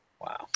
Wow